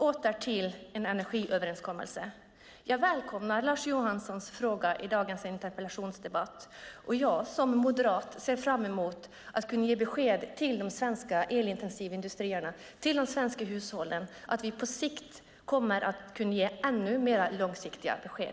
Åter till en energiöverenskommelse: Jag välkomnar Lars Johanssons fråga i dagens interpellationsdebatt, och jag som moderat ser fram emot att kunna ge besked till de svenska, elintensiva industrierna och till de svenska hushållen att vi på sikt kommer att kunna ge ännu långsiktigare besked.